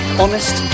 honest